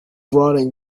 running